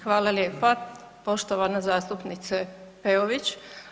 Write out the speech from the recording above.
Hvala lijepa poštovana zastupnice Peović.